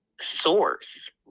source